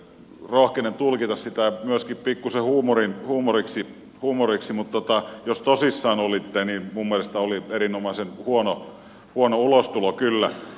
rohkenen tulkita edustaja hemmilän puheenvuoron myöskin pikkuisen huumoriksi mutta jos tosissanne olitte niin minun mielestäni oli erinomaisen huono ulostulo kyllä